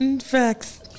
Facts